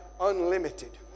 unlimited